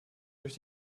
durch